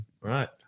Right